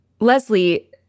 Leslie